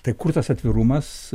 tai kur tas atvirumas